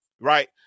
right